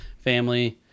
family